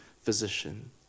physician